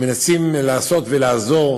מנסים לעשות ולעזור